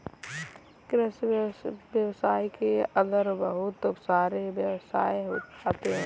कृषि व्यवसाय के अंदर बहुत सारे व्यवसाय आते है